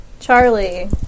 Charlie